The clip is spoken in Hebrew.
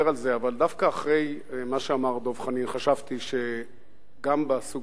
אבל דווקא אחרי מה שאמר דב חנין חשבתי שגם בסוגיה הזאת,